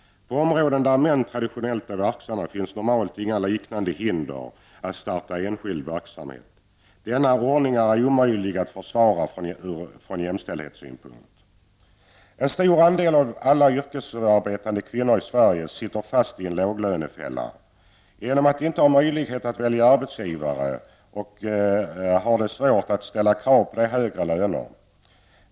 På områden där män traditionellt är verksamma finns normalt inga liknande hinder mot att starta enskild verksamhet. Denna ordning är från jämställdhetssynpunkt omöjlig att försvara. Sverige sitter fast i en låglönefälla. Genom att inte ha möjlighet att välja arbetsgivare, har de svårt att ställa krav på högre löner.